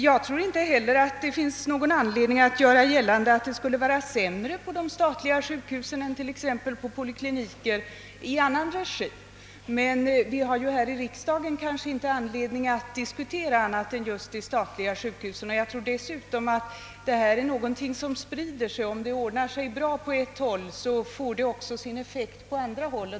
Inte heller jag tror att det finns någon orsak att göra gällande att det skulle vara sämre ordnat på de statliga sjukhusen än på polikliniker som drivs i annan regi, men här i riksdagen har vi kanske inte anledning diskutera annat än just de statliga sjukhusen. Dessutom tror jag att detta är någonting som sprider sig; om det ordnas bra på ett håll, får detta effekt också på andra håll.